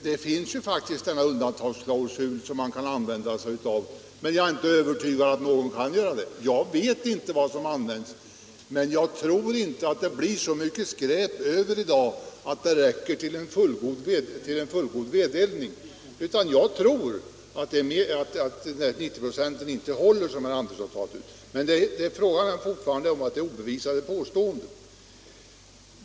Det finns ju faktiskt en undantagsklausul som man borde kunna använda sig av, men jag är inte övertygad om att någon kan göra det. Jag ver inte vad som används till ved, men jag tror inte att det i dagens läge blir så mycket skräp över att det räcker till en fullgod vedeldning. Jag tror inte att siffran 90 96, som herr Andersson i Knäred nämnde, håller. Det är fortfarande fråga om obevisade påståenden.